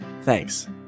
Thanks